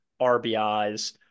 RBIs